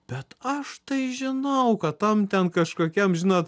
bet aš tai žinau kad tam ten kažkokiam žinot